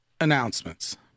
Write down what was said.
announcements